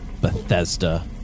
Bethesda